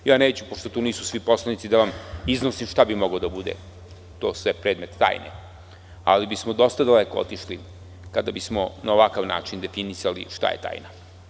Neću, pošto tu nisu svi poslanici, da iznosim šta bi moglo da bude to sve predmet tajne, ali bismo dosta daleko otišli kada bismo na ovakav način definisali šta je tajna.